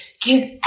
give